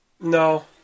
No